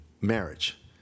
marriage